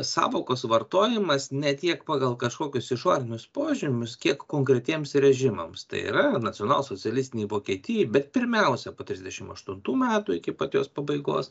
sąvokos vartojimas ne tiek pagal kažkokius išorinius požymius kiek konkretiems režimams tai yra nacionalsocialistinei vokietijai bet pirmiausia po trisdešim aštuntų metų iki pat jos pabaigos